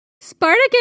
Spartacus